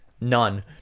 None